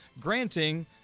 granting